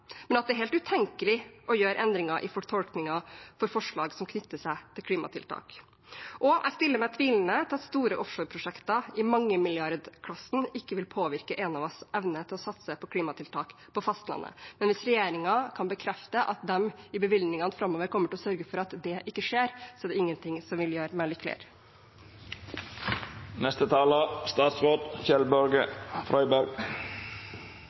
men at det er helt utenkelig å gjøre endringer i fortolkningen for forslag som knytter seg til klimatiltak. Og jeg stiller meg tvilende til at store offshoreprosjekter i mangemilliardklassen ikke vil påvirke Enovas evne til å satse på klimatiltak på fastlandet. Men hvis regjeringen kan bekrefte at de i bevilgningene framover kommer til å sørge for at det ikke skjer, er det ingenting som vil gjøre meg